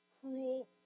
cruel